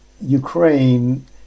Ukraine